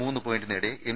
മൂന്ന് പോയിന്റ് നേടിയ എം